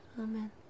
Amen